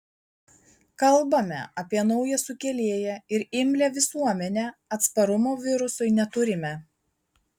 kalbame apie naują sukėlėją ir imlią visuomenę atsparumo virusui neturime